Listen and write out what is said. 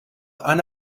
han